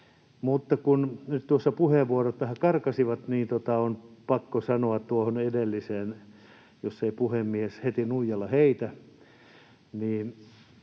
nyt tuossa puheenvuorot vähän karkasivat, niin on pakko sanoa tuohon edelliseen liittyen — jos ei puhemies heti nuijalla heitä